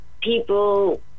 people